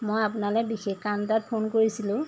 মই আপোনালৈ বিশেষ কাৰণ এটাত ফোন কৰিছিলোঁ